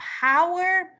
power